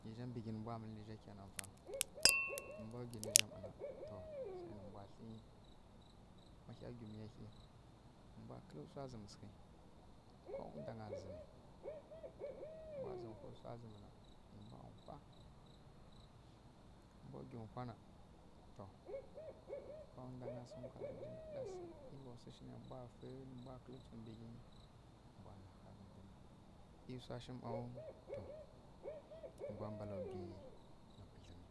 Ninzja mbǝ ghi nǝmbwa mǝlǝ ninzja kenan fa ma mbwa wgi ninzja ˈma na to se nǝ mbwa tli maɦya wgi miya ɦyi mbwa kǝlǝ wsa zǝmǝ sǝghi nǝ ko wundangaa zǝmi ma mbwa zǝmǝ whǝ wsa zǝmǝ na nǝ mbwa wha ma mbwa wgi wha na to ko wundanga sǝ nkwala nji nǝ ɗasi ei wa wsi shǝ ne mbwa fi nǝ mbwa kǝlǝ tsu mbǝ ghi nǝ mbwa naha ghǝntǝni ei wsashiˈmau to wa mbwa mbala wgi nǝ pǝdlǝmi